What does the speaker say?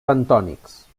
bentònics